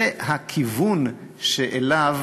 זה הכיוון שאליו